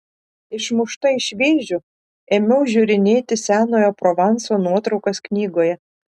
išmušta iš vėžių ėmiau žiūrinėti senojo provanso nuotraukas knygoje